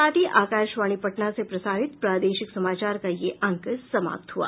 इसके साथ ही आकाशवाणी पटना से प्रसारित प्रादेशिक समाचार का ये अंक समाप्त हुआ